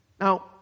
Now